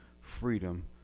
freedom